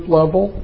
level